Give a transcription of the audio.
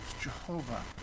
Jehovah